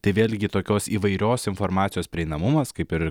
tai vėlgi tokios įvairios informacijos prieinamumas kaip ir